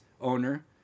owner